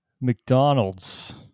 McDonald's